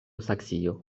saksio